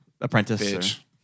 apprentice